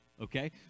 Okay